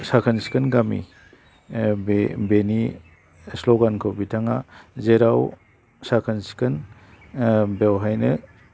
साखोन सिखोन गामि बे बेनि स्ल'गानखौ बिथाङा जेराव साखोन सिखोन बेवहायनो